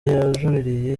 yajuririye